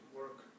work